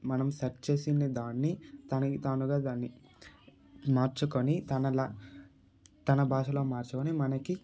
మనం సెర్చ్ చేసిన దాన్ని తనకి తానుగా దాన్ని మార్చుకొని తన లా తన భాషలోకి మార్చుకొని మనకి